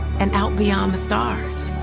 and out beyond the stars.